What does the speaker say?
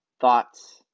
thoughts